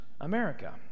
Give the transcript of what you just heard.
America